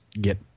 get